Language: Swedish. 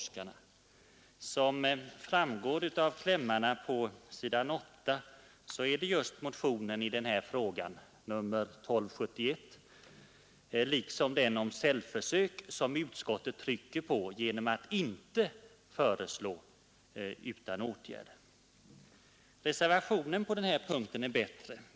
Som framgår av klämmarna på s. 8 är det just motionen i den här frågan, nr 1271, och motionen om cellförsök som utskottet trycker på genom att inte föreslå att de lämnas utan åtgärd. Reservationen på den här punkten är bättre.